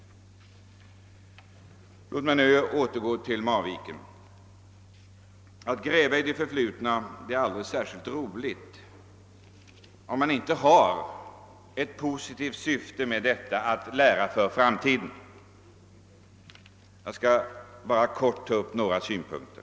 Låt mig nu återgå till Marvikenfrågan! Att gräva i det förflutna är aldrig särskilt roligt, om det inte finns ett positivt intresse av att lära för framtiden. Jag skall helt kort ta upp några synpunkter.